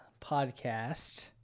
podcast